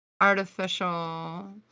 artificial